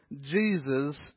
jesus